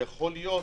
ויכול להיות,